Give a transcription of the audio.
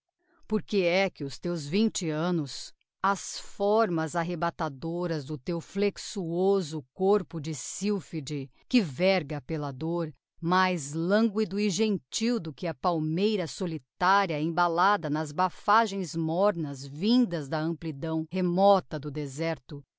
porque é que os teus vinte annos as fórmas arrebatadoras do teu flexuoso corpo de sylphide que verga pela dôr mais languido e gentil do que a palmeira solitaria embalada nas bafagens mornas vindas da amplidão remota do deserto